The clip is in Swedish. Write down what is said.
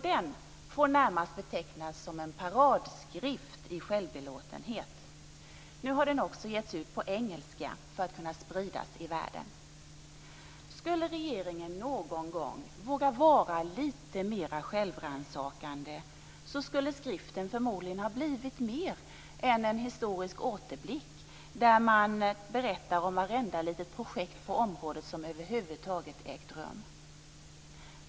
Den får närmast betecknas som en paradskrift i självbelåtenhet. Nu har den också getts ut på engelska för att kunna spridas i världen. Om regeringen någon gång skulle våga vara lite mer självrannsakande skulle skriften förmodligen ha blivit mer än en historisk återblick där man berättar om vartenda litet projekt på området som över huvud taget har ägt rum.